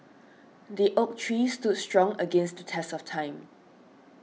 the oak tree stood strong against the test of time